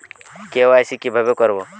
KYC কিভাবে করব?